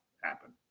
happen